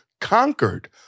conquered